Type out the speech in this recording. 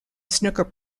snooker